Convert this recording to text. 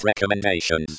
Recommendations